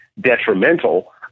detrimental